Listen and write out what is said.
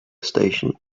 station